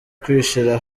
kwishira